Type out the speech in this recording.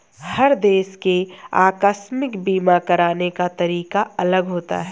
हर देश के आकस्मिक बीमा कराने का तरीका अलग होता है